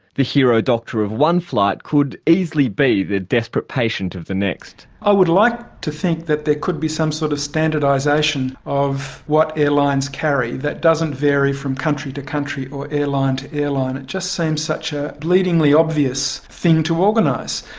the hero doctor of one flight could easily be the desperate patient of the next. i would like to think that there could be some sort of standardisation of what airlines carry that doesn't vary from country to country or airline to airline. it just seems such a bleedingly obviously thing to organise.